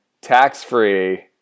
tax-free